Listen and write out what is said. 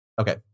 Okay